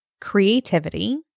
creativity